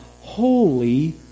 Holy